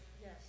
Yes